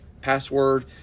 password